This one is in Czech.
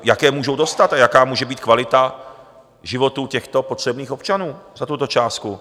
Jaké můžou dostat a jaká může být kvalita životů těchto potřebných občanů za tuto částku?